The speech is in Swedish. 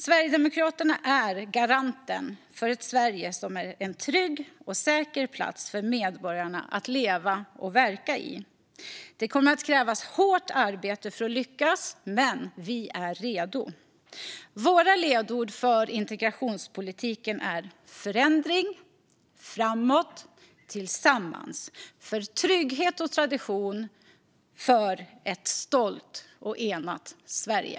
Sverigedemokraterna är garanten för ett Sverige som är en trygg och säker plats för medborgarna att leva och verka på. Det kommer att krävas hårt arbete för att lyckas, men vi är redo. Våra ledord för integrationspolitiken är förändring, framåt, tillsammans - för trygghet och tradition, för ett stolt och enat Sverige.